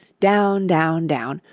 down, down, down.